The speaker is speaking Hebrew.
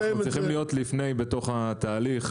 אנחנו צריכים להיות לפני בתוך התהליך.